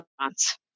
months